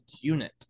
unit